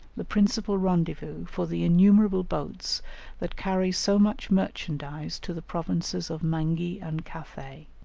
the principal rendezvous for the innumerable boats that carry so much merchandise to the provinces of mangi and cathay.